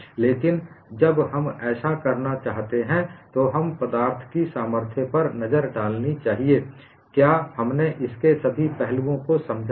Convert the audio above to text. इसलिए जब हम ऐसा करना चाहते हैं तो हमें पदार्थ की सामर्थ्य पर नजर डालनी चाहिए क्या हमने इसके सभी पहलुओं को समझा है